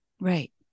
Right